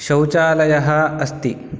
शौचालयः अस्ति